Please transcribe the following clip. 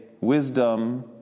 wisdom